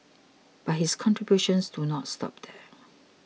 but his contributions do not stop there